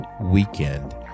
weekend